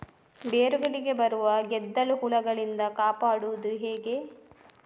ಬೇರುಗಳಿಗೆ ಬರುವ ಗೆದ್ದಲು ಹುಳಗಳಿಂದ ಕಾಪಾಡುವುದು ಹೇಗೆ?